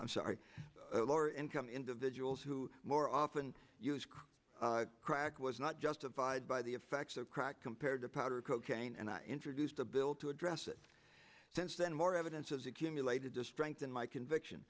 i'm sorry the lower income individuals who more often use crack crack was not justified by the effects of crack compared to powder cocaine and i introduced a bill to address it since then more evidence has accumulated to strengthen my conviction